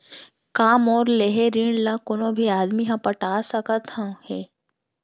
का मोर लेहे ऋण ला कोनो भी आदमी ह पटा सकथव हे?